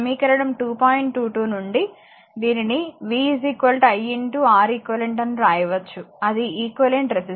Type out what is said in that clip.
22 నుండి దీనిని v i Req అని వ్రాయవచ్చు అది ఈక్వివలెంట్ రెసిస్టెన్స్